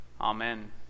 Amen